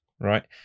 right